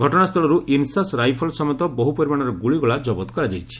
ଘଟଣାସ୍ଥଳରୁ ଇନ୍ସାସ୍ ରାଇଫଲ୍ ସମେତ ବହୁ ପରିମାଣର ଗ୍ରୁଳିଗୋଳା ଜବତ କରାଯାଇଛି